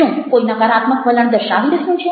શું કોઈ નકારાત્મક વલણ દર્શાવી રહ્યું છે